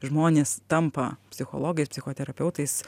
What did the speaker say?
žmonės tampa psichologais psichoterapeutais